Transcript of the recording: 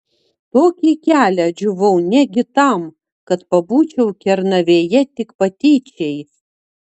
tokį kelią džiūvau negi tam kad pabūčiau kernavėje tik patyčiai